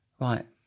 right